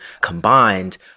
combined